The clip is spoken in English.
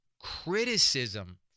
criticism